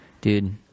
dude